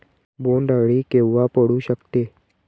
बोंड अळी केव्हा पडू शकते?